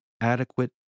adequate